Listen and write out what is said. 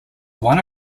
one